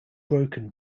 broken